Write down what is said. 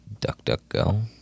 DuckDuckGo